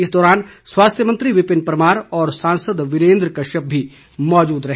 इस दौरान स्वास्थ्य मंत्री विपिन परमार और सांसद वीरेंद्र कश्यप भी मौजूद रहे